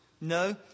No